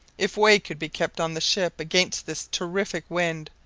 if way could be kept on the ship against this terrific wind,